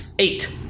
Eight